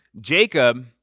Jacob